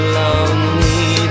lonely